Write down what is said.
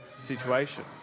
situation